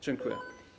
Dziękuję.